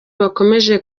bakomeje